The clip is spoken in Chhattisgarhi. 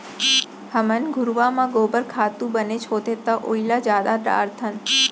हमन घुरूवा म गोबर खातू बनेच होथे त ओइला जादा डारथन